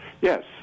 Yes